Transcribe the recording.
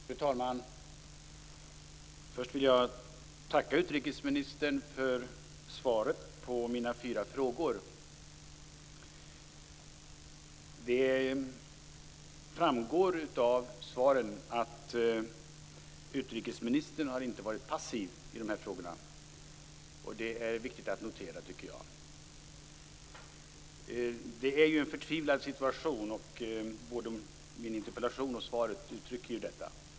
Fru talman! Först vill jag tacka utrikesministern för svaret på mina fyra frågor. Det framgår av svaren att utrikesministern inte har varit passiv i dessa frågor. Det är viktigt att notera, tycker jag. Det är en förtvivlad situation som både min interpellation och svaret ger uttryck för.